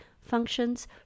functions